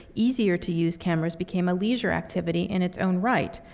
easier-to-use cameras became a leisure activity in its own right,